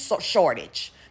shortage